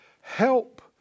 help